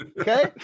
Okay